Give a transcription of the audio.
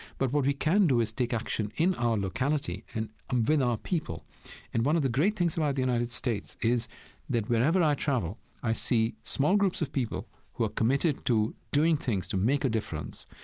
but what we can do is take action in our locality and um with our people and one of the great things about the united states is that wherever i travel i see small groups of people who are committed to doing things to make a difference,